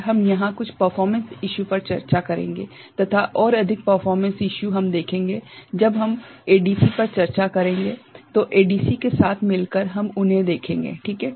और हम यहां कुछ परफॉर्मेंस इश्यू पर चर्चा करेंगे तथा और अधिक परफॉर्मेंस इश्यू हम देखेंगे जब हम एडीसी पर चर्चा करेंगे तो एडीसी के साथ मिलकर हम उन्हें देखेंगे ठीक हैं